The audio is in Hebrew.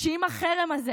שאם החרם הזה